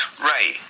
right